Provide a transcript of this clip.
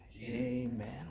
amen